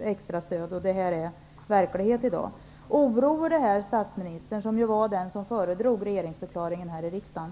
extra stöd. Detta är verklighet i dag. Oroar detta statsministern, som var den som föredrog regeringsförklaringen här i riksdagen?